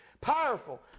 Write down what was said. Powerful